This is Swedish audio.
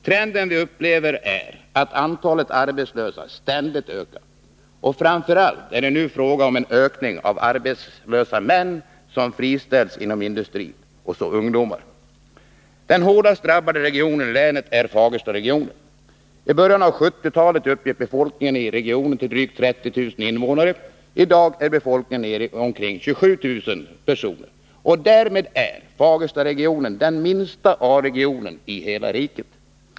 Trenden vi upplever är att antalet arbetslösa ständigt ökar, och framför allt är det nu fråga om en ökning av arbetslösa män som friställs inom industrin samt ungdomar. Den hårdast drabbade regionen i länet är Fagerstaregionen. I början av 1970-talet uppgick befolkningen i regionen till drygt 30 000 invånare. I dag är befolkningen nere i omkring 27 000 personer. Därmed är Fagerstaregionen den minsta A-regionen i hela riket.